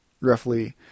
Roughly